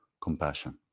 compassion